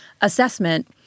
assessment